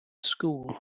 school